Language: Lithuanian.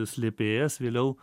slėpėjas vėliau